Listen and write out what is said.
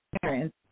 parents